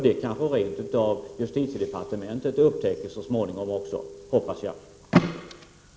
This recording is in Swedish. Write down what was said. Det kanske rent av justitiedepartementet så småningom upptäcker, vilket jag hoppas.